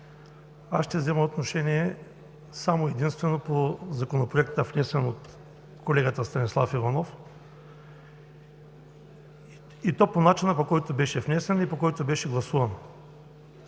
Аз ще взема отношение само и единствено по Законопроекта, внесен от колегата Станислав Иванов, и то по начина, по който беше внесен и гласуван.